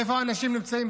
ואיפה אנשים נמצאים,